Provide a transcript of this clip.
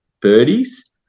birdies